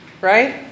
right